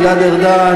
גלעד ארדן,